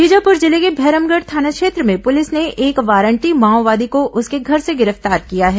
बीजापुर जिले के भैरमगढ़ थाना क्षेत्र में पुलिस ने एक वारंटी माओवादी को उसके घर से गिरफ्तार किया है